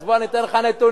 אז בוא אני אתן לך נתונים.